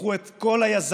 שייקחו את כל היזמים,